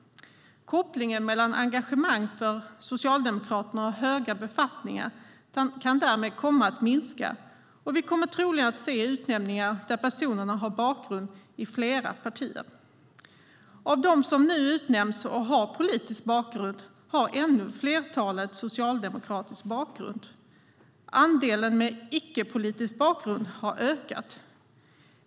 Kopplingen mellan engagemang för Socialdemokraterna och höga befattningar kan därmed komma att minska. Vi kommer troligen att se utnämningar där personerna har en bakgrund i flera partier. Av dem som nu utnämns och har politisk bakgrund har ännu flertalet socialdemokratisk bakgrund. Andelen med icke-politisk bakgrund har ökat.